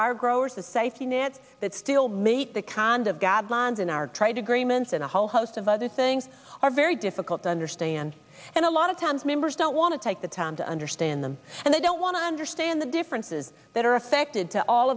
our growers the safety net that still meet the condom gabbed lines in our trade agreements and a whole host of other things are very difficult to understand and a lot of times members don't want to take the time to understand them and they don't want to understand the differences that are affected to all